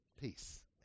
peace